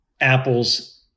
apples